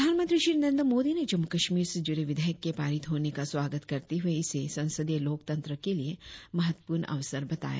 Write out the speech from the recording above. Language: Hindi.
प्रधानमंत्री श्री नरेंद्र मोदी ने जम्मू कश्मीर से जुड़े विधेयक के पारित होने का स्वागत करते हुए इसे संसदीय लोकतंत्र के लिए महत्वपूर्ण अवसर बताया